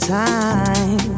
time